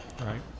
Right